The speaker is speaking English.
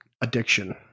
addiction